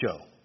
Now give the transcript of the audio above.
show